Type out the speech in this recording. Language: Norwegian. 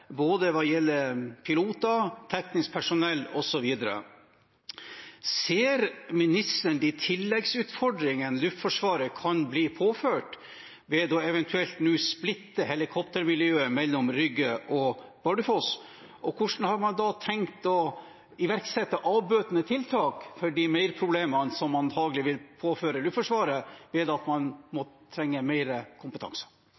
hva gjelder både piloter, teknisk personell osv. Ser ministeren de tilleggsutfordringene Luftforsvaret kan bli påført ved at helikoptermiljøet nå eventuelt splittes mellom Rygge og Bardufoss, og hvordan har man da tenkt å iverksette avbøtende tiltak for de merproblemene som antagelig vil påføres Luftforsvaret ved at man